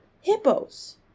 hippos